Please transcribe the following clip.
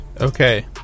Okay